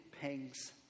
pangs